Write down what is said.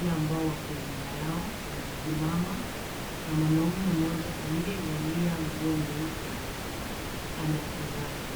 pia ambao wako nyuma yao wamesimama na mwanamume mmoja aliyevalia nguo nyeupe anatazama.